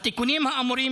התיקונים האמורים,